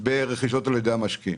ורכישות על ידי המשקיעים.